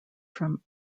from